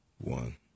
One